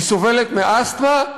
היא סובלת מאסתמה,